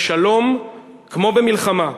בשלום כמו במלחמה,